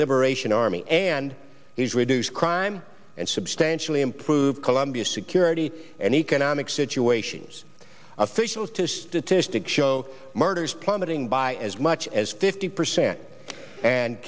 liberation army and he's reduced crime and substantially improved colombia security and economic situations officials to statistics show murders plummeting by as much as fifty percent and